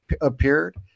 appeared